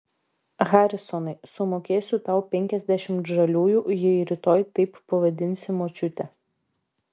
harisonai sumokėsiu tau penkiasdešimt žaliųjų jei rytoj taip pavadinsi močiutę